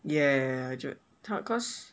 yeah cause cause